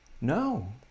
no